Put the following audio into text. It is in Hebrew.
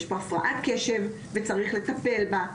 יש פה הפרעת קשב וצריך לטפל בה,